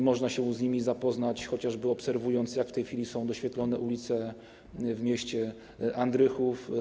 Można się już z nimi zapoznać, chociażby obserwując, jak w tej chwili są doświetlone ulice w mieście Andrychów.